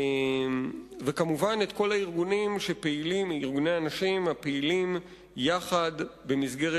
וכמובן את כל ארגוני הנשים הפעילים יחד במסגרת